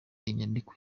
inyandiko